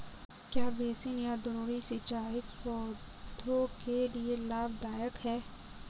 क्या बेसिन या द्रोणी सिंचाई पौधों के लिए लाभदायक है?